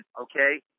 okay